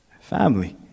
family